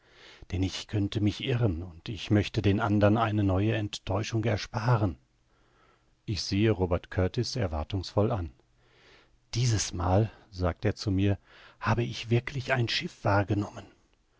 denn ich könnte mich irren und ich möchte den andern eine neue enttäuschung ersparen ich sehe robert kurtis erwartungsvoll an dieses mal sagt er zu mir habe ich wirklich ein schiff wahrgenommen